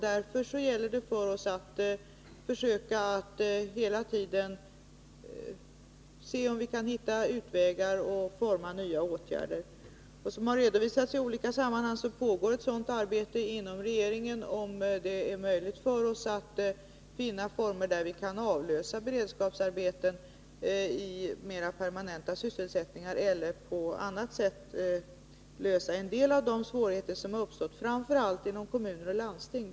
Därför gäller det för oss att hela tiden försöka se om vi kan hitta utvägar och forma nya åtgärder. Inom regeringen pågår, som har redovisats i olika sammanhang, ett sådant arbete för att man skall se om det är möjligt för oss att finna former där vi kan avlösa beredskapsarbeten till mera permanent sysselsättning eller på annat sätt lösa en del av de svårigheter som har uppstått framför allt inom kommuner och landsting.